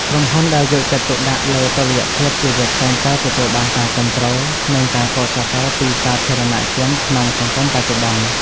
ក្រុមហ៊ុនដែលយកចិត្តទុកដាក់លើតុល្យភាពជីវិតតែងតែទទួលបានការគាំទ្រ និងការកោតសរសើរពីសាធារណជនក្នុងសង្គមបច្ចុប្បន្ន។